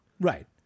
Right